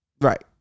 Right